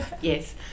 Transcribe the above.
Yes